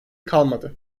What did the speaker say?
kalmadı